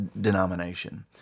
denomination